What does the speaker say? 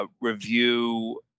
review